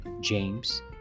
James